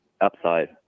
upside